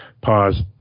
pause